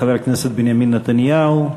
חבר הכנסת בנימין נתניהו,